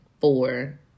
four